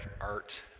art